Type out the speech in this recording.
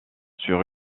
sur